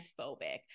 transphobic